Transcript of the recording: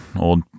old